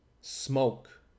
smoke